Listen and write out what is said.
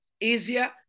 easier